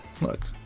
look